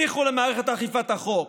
הניחו למערכת אכיפת החוק.